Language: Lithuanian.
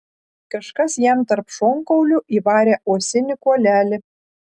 kažkas jam tarp šonkaulių įvarė uosinį kuolelį